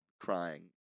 crying